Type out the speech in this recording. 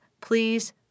please